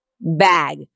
bag